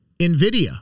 NVIDIA